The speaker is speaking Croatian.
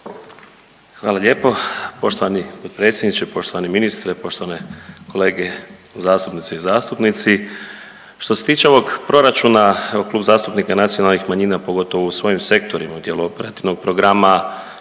Hvala lijepo poštovani potpredsjedniče, poštovani ministre, poštovane kolege zastupnice i zastupnici. Što se tiče ovog proračuna evo Klub zastupnika nacionalnih manjina pogotovo u svojim sektorima …/Govornik se ne razumije/…programa